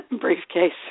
briefcase